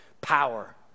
power